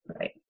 Right